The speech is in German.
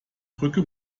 brücke